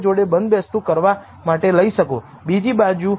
હકીકતમાં 10 ની 13 ઘાત સુધી તમે નલ પૂર્વધારણાને નકારી કાઢશો